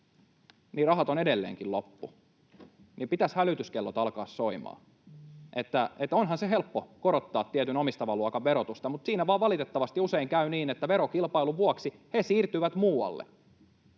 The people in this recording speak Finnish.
rahat ovat edelleenkin loppu. Pitäisi hälytyskellojen alkaa soimaan. Onhan se helppo korottaa tietyn omistavan luokan verotusta, mutta siinä vaan valitettavasti usein käy niin, että verokilpailun vuoksi he siirtyvät muualle.